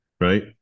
right